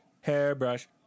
hairbrush